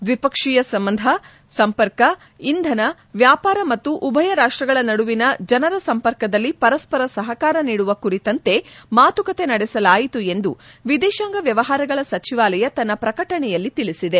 ದ್ವಿಪಕ್ಷೀಯ ಸಂಬಂಧ ಸಂಪರ್ಕ ಇಂಧನ ವ್ಯಾಪಾರ ಮತ್ತು ಉಭಯ ರಾಷ್ಷಗಳ ನಡುವಿನ ಜನರ ಸಂಪರ್ಕದಲ್ಲಿ ಪರಸ್ಪರ ಸಹಕಾರ ನೀಡುವ ಕುರಿತಂತೆ ಮಾತುಕತೆ ನಡೆಸಲಾಯಿತು ಎಂದು ವಿದೇಶಾಂಗ ವ್ಲವಹಾರಗಳ ಸಚಿವಾಲಯ ತನ್ನ ಪ್ರಕಟಣೆಯಲ್ಲಿ ತಿಳಿಸಿದೆ